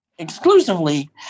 exclusively